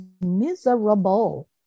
miserable